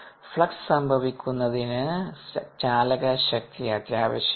flux സംഭവിക്കുന്നതിന് ചാലകശക്തി അത്യാവശ്യമാണ്